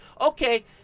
okay